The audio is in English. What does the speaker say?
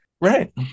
Right